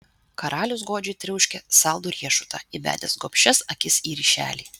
karalius godžiai triauškė saldų riešutą įbedęs gobšias akis į ryšelį